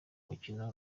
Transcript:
mukino